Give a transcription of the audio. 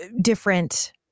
different